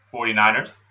49ers